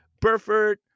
Burford